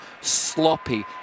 sloppy